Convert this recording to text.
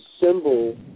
symbol